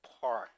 Park